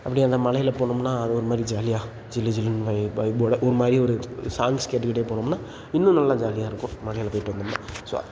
அப்படியே அந்த மலையில் போனோம்னால் அது ஒரு மாதிரி ஜாலியாக ஜிலு ஜிலுன்னு வைப் வைபோடு ஒரு மாதிரி ஒரு ஒரு சாங்ஸ் கேட்டுக்கிட்டே போனோம்னால் இன்னும் நல்ல ஜாலியாக இருக்கும் மலையில் போய்விட்டு வந்தோம்னால் ஸோ